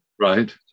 Right